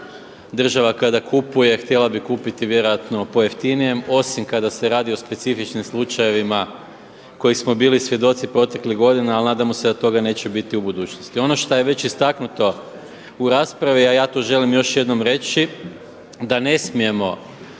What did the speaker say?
Država kada kupuje htjela bi kupiti vjerojatno po jeftinijem osim kada se radi o specifičnim slučajevima koji smo bili svjedoci proteklih godina, ali nadamo se da toga neće biti u budućnosti. Ono što je već istaknuto u raspravi, a ja to želim još jednom reći da ne smijemo